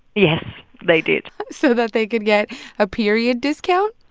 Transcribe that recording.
yes, they did. so that they could get a period discount?